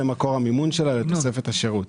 זה מקור המימון שלה לתוספת השירות.